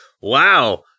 Wow